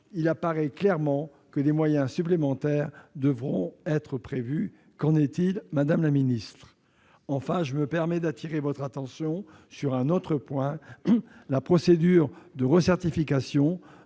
il apparaît clairement que des moyens supplémentaires devront être prévus. Qu'en est-il, madame la ministre ? Enfin, je me permets d'attirer votre attention sur un autre point : la procédure de recertification